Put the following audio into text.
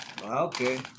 okay